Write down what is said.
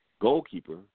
goalkeeper